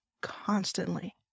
constantly